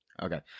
Okay